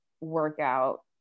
workout